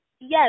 Yes